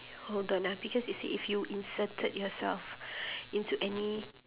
hold on ah because it say if you inserted yourself into any